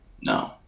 No